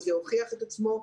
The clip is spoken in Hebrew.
וזה הוכיח את עצמו.